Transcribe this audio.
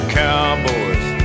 cowboys